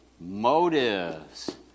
Motives